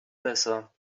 besser